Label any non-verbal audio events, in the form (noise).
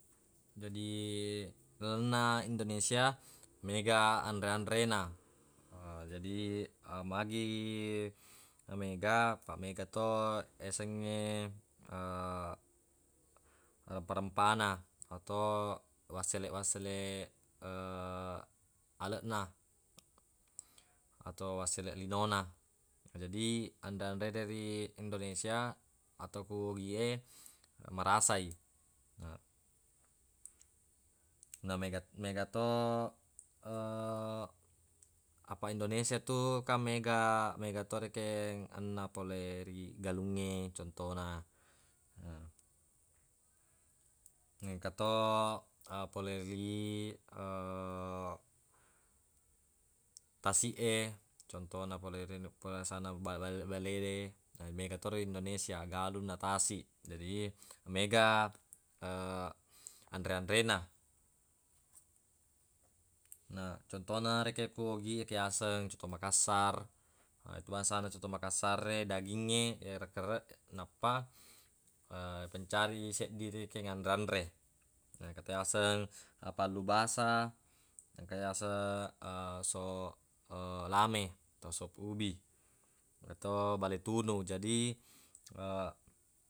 Jadi lalenna indonesia mega anre-anre na (hesitation) jadi magi mega apaq mega to yasengnge (hesitation) rempa-rempana atau wasseleq-wasseleq (hesitation) aleqna atau wasseleq linona. Jadi anre-anrede ri indonesia atau ku ogie marasai na nameg- mega to (hesitation) apaq indonesia tu kan mega mega to rekeng anunna pole ri galungnge contona he engka to e pole ri (hesitation) tasiq e contona fole ri- bangsana bal- balede mega toro indonesia galung na tasiq. Jadi mega (hesitation) anre-anrena na contona rekeng ku ogie engka yaseng coto makassar etu bangsana coto makassar e dagingnge yerekerreq nappa (hesitation) ipancadi seddi rekeng anre-anre. Na engka to yaseng pallubasa engka yaseng (hesitation) so lame atau sop ubi engka to bale tunu. Jadi (hesitation)